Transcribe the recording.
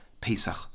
Pesach